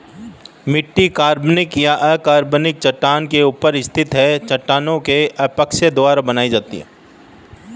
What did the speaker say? मिट्टी कार्बनिक या अकार्बनिक चट्टान के ऊपर स्थित है चट्टानों के अपक्षय द्वारा बनाई जाती है